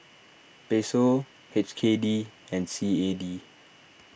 Peso H K D and C A D